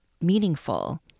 meaningful